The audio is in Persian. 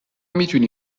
میتونی